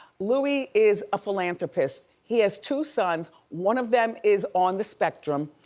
louis is a philanthropist. he has two sons. one of them is on the spectrum.